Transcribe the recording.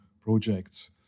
projects